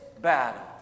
battle